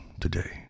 today